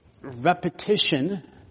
repetition